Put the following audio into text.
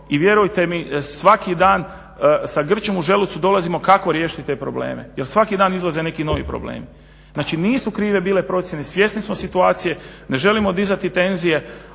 i vjerujte mi svaki dan sa grčem u želucu dolazimo kako riješiti te probleme jer svaki dan izlaze neki novi problemi. Znači, nisu krive bile procjene, svjesni smo situacije. Ne želimo dizati tenzije